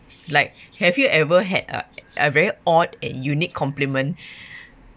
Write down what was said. like have you ever had a a very odd yet unique compliment